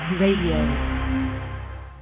Radio